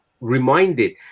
reminded